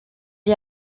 est